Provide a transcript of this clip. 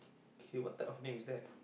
okay what type of name is that